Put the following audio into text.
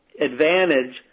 advantage